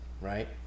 right